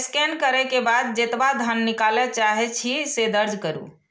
scan करै के बाद जेतबा धन निकालय चाहै छी, से दर्ज करू